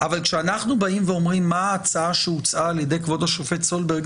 אבל כשאנחנו באים ואומרים מה ההצעה שהוצעה על ידי כבוד השופט סולברג,